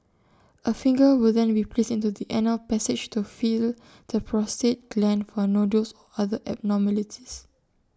A finger will then be placed into the anal passage to feel the prostate gland for nodules or other abnormalities